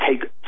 take